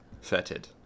fetid